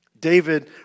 David